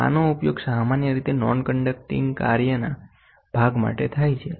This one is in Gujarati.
આનો ઉપયોગ સામાન્ય રીતે નોન કંડક્ટિંગ કાર્યના ભાગ માટે થાય છે